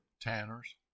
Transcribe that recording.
Tanner's